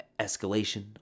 escalation